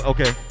Okay